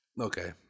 Okay